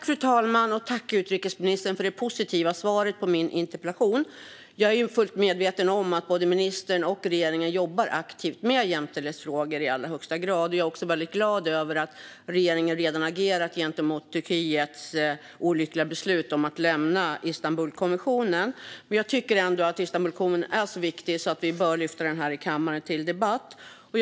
Fru talman! Tack, utrikesministern, för det positiva svaret på min interpellation! Jag är fullt medveten om att både ministern och regeringen jobbar aktivt med jämställdhet, och jag är också glad över att Sverige redan har agerat gentemot Turkiets olyckliga beslut att lämna Istanbulkonventionen. Jag tycker dock att Istanbulkonventionen är så viktig att vi bör lyfta detta till debatt här i kammaren.